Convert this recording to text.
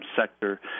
sector